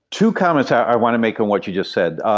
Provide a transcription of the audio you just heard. two comments i want to make on what you just said.